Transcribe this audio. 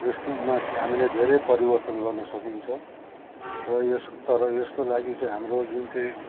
यसको माथि हामीले धेरै परिवर्तन गर्न सकिन्छ र यस तर यसको लागि चाहिँ हाम्रो जुन चाहिँ